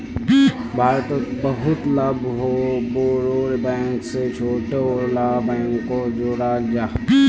भारतोत बहुत ला बोड़ो बैंक से छोटो ला बैंकोक जोड़ाल जाहा